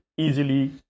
Easily